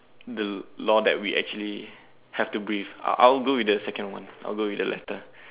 the law that we actually have to breathe I'll go with the second one I'll go with the latter